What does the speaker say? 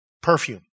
perfume